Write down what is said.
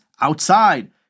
outside